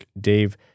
Dave